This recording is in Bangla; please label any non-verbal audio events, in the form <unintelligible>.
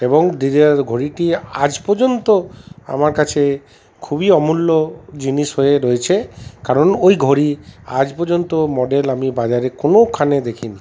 এবং <unintelligible> ঘড়িটি আজ পর্যন্ত আমার কাছে খুবই অমূল্য জিনিস হয়ে রয়েছে কারণ ওই ঘড়ি আজ পর্যন্ত মডেল আমি বাজারের কোনোখানে দেখিনি